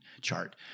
chart